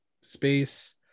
space